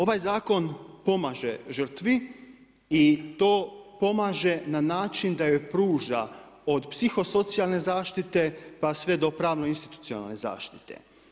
Ovaj zakon pomaže žrtvi i to pomaže na način da joj pruža od psihosocjalne zaštite pa sve do pravno institucijalne zaštite.